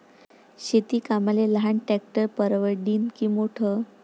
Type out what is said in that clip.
शेती कामाले लहान ट्रॅक्टर परवडीनं की मोठं?